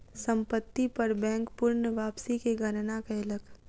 संपत्ति पर बैंक पूर्ण वापसी के गणना कयलक